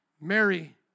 Mary